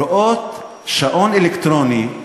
רואות שעון אלקטרוני,